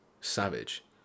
Savage